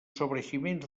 sobreeiximents